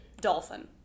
dolphin